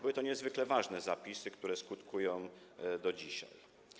Były to niezwykle ważne zapisy, które skutkują do dzisiaj.